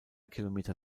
kilometer